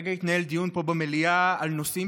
הרגע התנהל דיון פה במליאה על נושאים